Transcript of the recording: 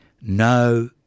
no